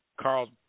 Carl